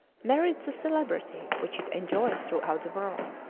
merits the celebrity which it enjoys throughout the world.